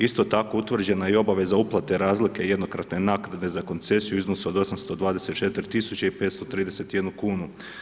Isto tako utvrđeno je i obaveza uplate razlike jednokratne naplate za koncesiju u iznosu od 824 tisuće i 531 kunu.